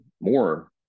more